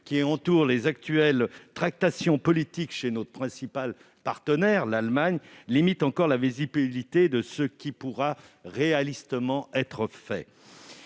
qui entourent les actuelles tractations politiques chez notre principal partenaire, l'Allemagne, limitent encore la visibilité de ce qui pourra réalistement être engagé.